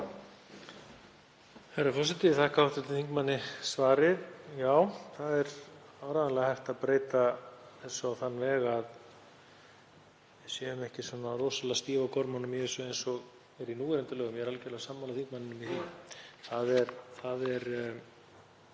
það er áreiðanlega hægt að breyta þessu á þann veg að við séum ekki svona rosalega stíf á gormunum í þessu eins og er í gildandi lögum. Ég er algerlega sammála þingmanninum um það.